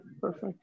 Perfect